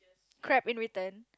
crap in return